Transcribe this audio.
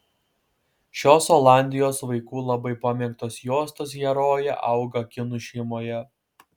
šios olandijos vaikų labai pamėgtos juostos herojė auga kinų šeimoje